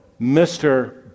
Mr